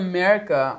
America